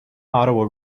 ottawa